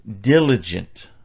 diligent